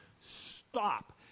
Stop